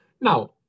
Now